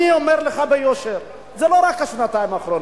אני אומר לך ביושר, זה לא רק השנתיים האחרונות.